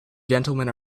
gentlemen